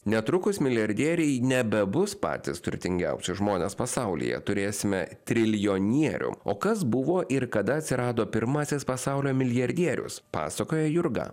netrukus milijardieriai nebebus patys turtingiausi žmonės pasaulyje turėsime triljonierių o kas buvo ir kada atsirado pirmasis pasaulio milijardierius pasakoja jurga